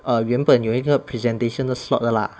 哦原本有一个 presentation 的 slot 的 lah